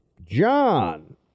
John